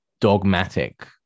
dogmatic